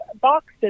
boxes